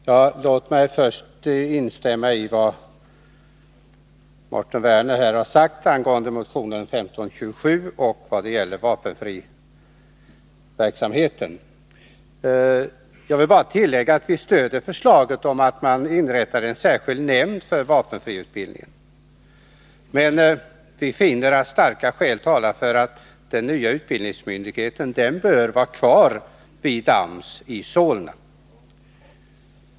Herr talman! Låt mig först instämma i vad Mårten Werner här har sagt angående motion 1527, som gäller vapenfriverksamheten. Jag vill bara tillägga att vi stöder förslaget om att inrätta en särskild nämnd för vapenfriutbildningen. Men vi finner att starka skäl talar för att den nya utbildningsmyndigheten bör vara kvar vid arbetsmarknadsstyrelsen i Solna.